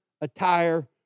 attire